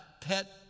pet